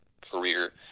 career